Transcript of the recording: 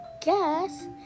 guess